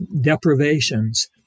deprivations